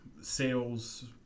sales